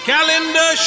Calendar